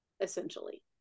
essentially